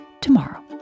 tomorrow